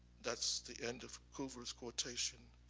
that's the end of coover's quotation.